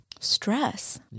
stress